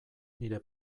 nire